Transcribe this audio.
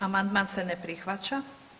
Amandman se ne prihvaća.